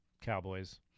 Cowboys